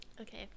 Okay